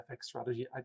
Strategy